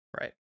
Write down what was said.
right